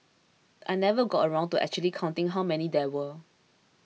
I never got around to actually counting how many there were